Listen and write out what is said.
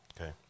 Okay